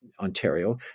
Ontario